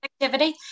activity